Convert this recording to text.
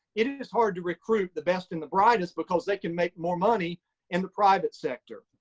it is hard to recruit the best and the brightest, because they can make more money in the private sector.